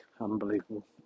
unbelievable